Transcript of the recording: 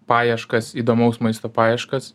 paieškas įdomaus maisto paieškas